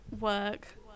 work